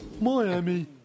Miami